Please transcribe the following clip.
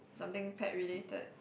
something pet related